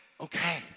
okay